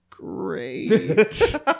Great